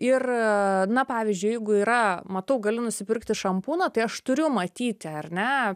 ir na pavyzdžiui jeigu yra matau galiu nusipirkti šampūną tai aš turiu matyti ar ne